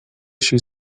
she